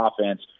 offense